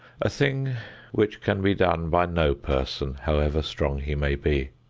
a thing which can be done by no person, however strong he may be.